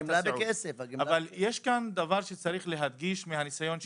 אבל יש כאן דבר שצריך להדגיש מהניסיון שלנו,